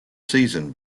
season